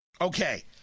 Okay